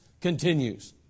continues